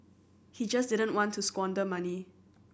he just didn't want to squander money